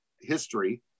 history